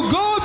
go